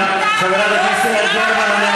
חברת הכנסת יעל גרמן,